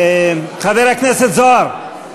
חבר הכנסת זוהר,